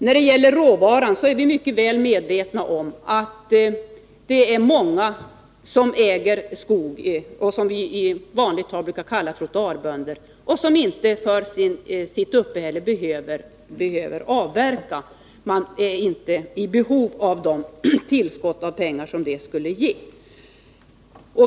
När det gäller råvaran vill jag säga att vi är mycket väl medvetna om att det är många av dem som vi i dagligt tal brukar kalla trottoarbönder som äger skog och som inte behöver avverka för sitt uppehälle. De är inte i behov av det tillskott av pengar som det skulle ge.